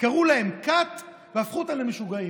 קראו להם כת והפכו אותם למשוגעים.